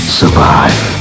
survive